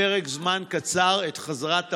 בפרק זמן קצר את חזרת העולם,